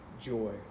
joy